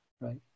right